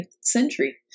century